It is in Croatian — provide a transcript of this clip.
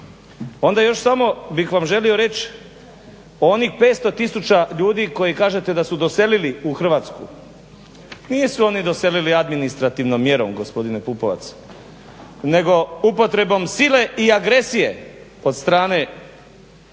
onda još samo bih vam želio reći onih 500 tisuća ljudi kojih kažete da su doselili u Hrvatsku. Nisu oni doselili administrativnom mjerom gospodine Pupovac nego upotrebom sile i agresije od strane